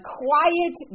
quiet